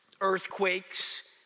earthquakes